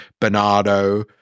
Bernardo